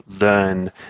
learn